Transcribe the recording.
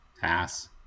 pass